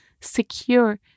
secure